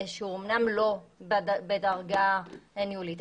שהוא אמנם לא בדרגה ניהולית,